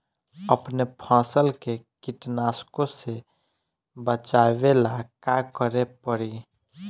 अपने फसल के कीटनाशको से बचावेला का करे परी?